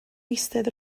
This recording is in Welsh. eistedd